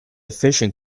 fishing